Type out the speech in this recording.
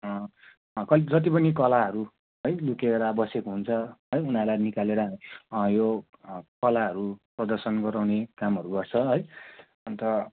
जति पनि कलाहरू है लुकेर बसेको हुन्छ है उनीहरूलाई निकालेर यो कलाहरू प्रदर्शन गराउने कामहरू गर्छ है अन्त